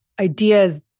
ideas